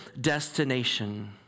destination